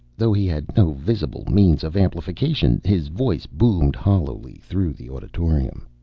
though he had no visible means of amplification, his voice boomed hollowly through the auditorium.